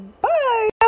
Bye